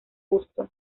gusto